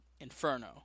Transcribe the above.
Inferno